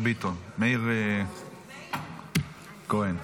מאיר כהן.